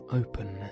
open